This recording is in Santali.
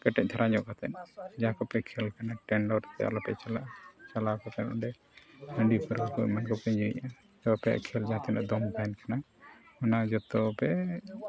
ᱠᱮᱴᱮᱡ ᱫᱷᱟᱨᱟ ᱧᱚᱜ ᱠᱟᱛᱮᱫ ᱡᱟᱦᱟᱸ ᱠᱚᱯᱮ ᱠᱷᱮᱞ ᱠᱟᱱᱟ ᱟᱞᱚᱯᱮ ᱪᱟᱞᱟᱜᱼᱟ ᱪᱟᱞᱟᱣ ᱠᱟᱛᱮᱫ ᱚᱸᱰᱮ ᱦᱟᱺᱰᱤ ᱯᱟᱹᱨᱣᱟᱹ ᱠᱚ ᱮᱢᱟᱱ ᱠᱚᱠᱚ ᱧᱩᱭᱮᱜᱼᱟ ᱛᱟᱦᱮᱱ ᱠᱟᱱᱟ ᱚᱱᱟ ᱡᱚᱛᱚᱯᱮ